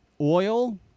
oil